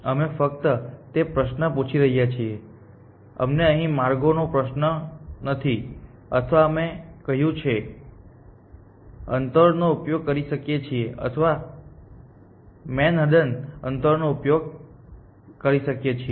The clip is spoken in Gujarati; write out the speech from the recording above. અમે ફક્ત તે પ્રશ્ન પૂછી રહ્યા છીએ કે અમને અહીં માર્ગો નો કોઈ પ્રશ્ન નથી અથવા અમે કહ્યું છે અંતર નો ઉપયોગ કરી શકીએ છીએ અથવા મેનહટ્ટન અંતરનો ઉપયોગ કરી શકીએ છીએ